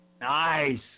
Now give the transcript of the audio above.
Nice